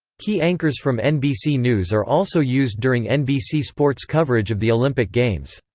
key anchors from nbc news are also used during nbc sports coverage of the olympic games.